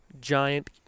giant